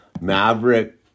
Maverick